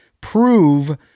prove